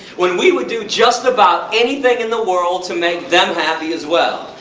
when we would do just about anything in the world to make them happy as well.